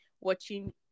watching